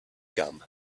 gum